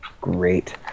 great